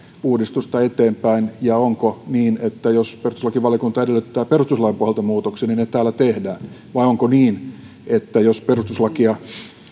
uudistusta eteenpäin ja onko niin että jos perustuslakivaliokunta edellyttää perustuslain pohjalta muutoksia niin ne täällä tehdään vai onko niin että jos perustuslakia